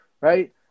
right